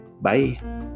Bye